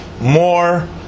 more